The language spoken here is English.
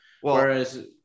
Whereas